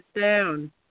down